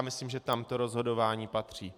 Myslím, že tam to rozhodování patří.